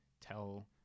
tell